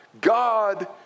God